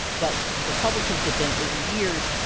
but, the republicans had been, over years,